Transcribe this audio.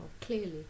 clearly